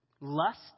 lust